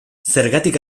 zergatik